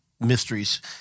mysteries